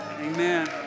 amen